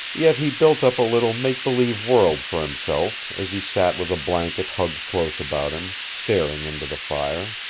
yet he built up a little make-believe world for himself as he sat with a blanket hugged close about him, staring into the fire.